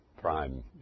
prime